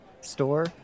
store